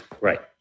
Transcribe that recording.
Right